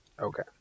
okay